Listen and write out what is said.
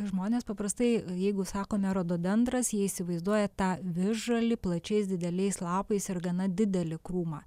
žmonės paprastai jeigu sakome rododendras jie įsivaizduoja tą visžalį plačiais dideliais lapais ir gana didelį krūmą